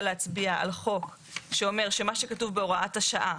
להצביע על חוק שאומר שמה שכתוב בהוראת השעה,